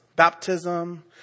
Baptism